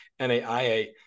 NAIA